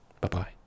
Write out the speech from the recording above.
Bye-bye